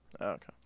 Okay